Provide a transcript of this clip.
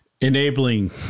enabling